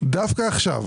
דווקא עכשיו,